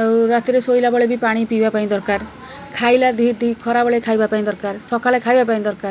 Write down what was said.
ଆଉ ରାତିରେ ଶୋଇଲା ବେଳେ ବି ପାଣି ପିଇବା ପାଇଁ ଦରକାର ଖାଇଲା ଦି ଦି ଖରାବେଳେ ଖାଇବା ପାଇଁ ଦରକାର ସକାଳେ ଖାଇବା ପାଇଁ ଦରକାର